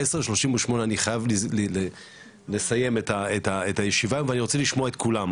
ב-10:38 אני חייב לסיים את הישיבה ואני רוצה לשמוע את כולם,